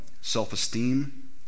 Self-esteem